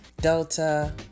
Delta